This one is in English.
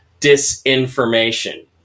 disinformation